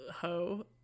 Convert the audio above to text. ho